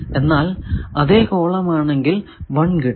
എന്നാൽ അതെ കോളം ആണെങ്കിൽ 1 കിട്ടും